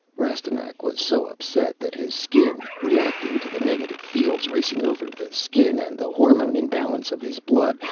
rastignac was so upset that his skin, reacting to the negative fields racing over the skin and the hormone imbalance of his blood,